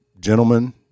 gentlemen